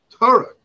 Torah